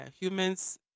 humans